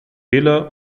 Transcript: fehler